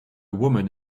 woman